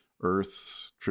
earth's